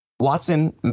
Watson